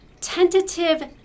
tentative